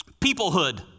peoplehood